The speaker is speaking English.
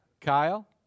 kyle